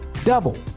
Double